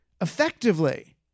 effectively